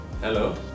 Hello